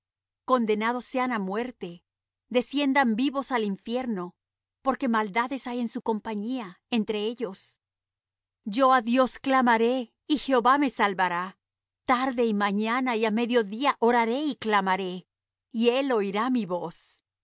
condenados sean á muerte desciendan vivos al infierno porque maldades hay en su compañía entre ellos yo á dios clamaré y jehová me salvará tarde y mañana y á medio día oraré y clamaré y él oirá mi voz